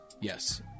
Yes